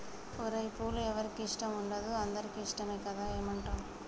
ఓరై పూలు ఎవరికి ఇష్టం ఉండదు అందరికీ ఇష్టమే కదా ఏమంటావ్